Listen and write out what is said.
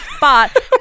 But-